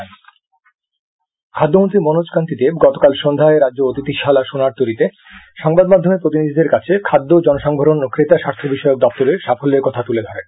থাদ্যমন্ত্রী খাদ্যমন্ত্রী মনোজ কান্তি দেব গতকাল সন্ধ্যায় রাজ্য অতিথিশালা সোনারতরীতে সংবাদ মাধ্যমের প্রতিনিধিদের কাছে খাদ্য জনসংভরণ ও ক্রেতাস্বার্থ বিষয়ক দপ্তরের সাফল্যের কথা তুলে ধরেন